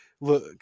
look